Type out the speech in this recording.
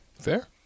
Fair